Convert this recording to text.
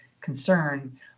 concern